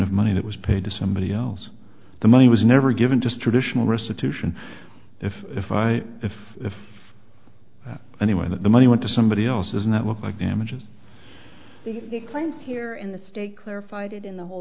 of money that was paid to somebody else the money was never given just traditional restitution if i if if anyway that the money went to somebody else's network like damages if the claims here in the state clarified it in the whole